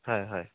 হয় হয়